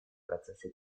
процесса